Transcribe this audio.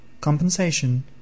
compensation